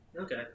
Okay